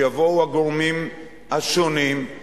שיבואו הגורמים השונים,